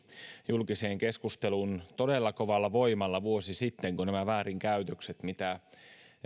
julkiseen keskusteluun todella kovalla voimalla vuosi sitten kun väärinkäytökset